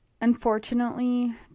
Unfortunately